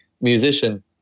musician